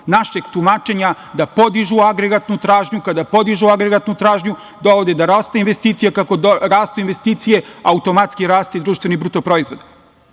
našeg tumačenja da podižu agregatnu tražnju. Kada podižu agregatnu tražnju, dovode do rasta investicija. Kako rastu investicije, automatski raste i BDP. Prosto,